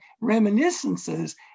reminiscences